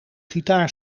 gitaar